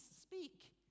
speak